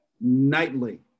Nightly